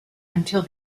until